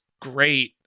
great